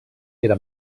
era